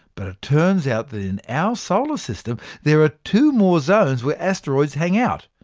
but it turns out that in our solar system, there are two more zones where asteroids hang out.